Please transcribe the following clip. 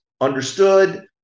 understood